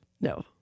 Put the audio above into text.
No